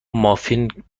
مافین